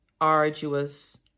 arduous